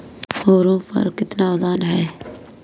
Harrow पर कितना अनुदान है?